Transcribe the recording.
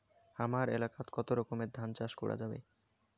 হামার এলাকায় কতো রকমের ধান চাষ করা যাবে?